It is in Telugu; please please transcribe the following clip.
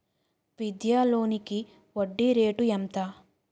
విద్యా లోనికి వడ్డీ రేటు ఎంత?